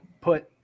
put